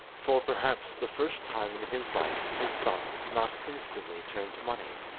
for perhaps the first time in his life his thoughts did not instantly turn to money.